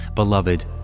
Beloved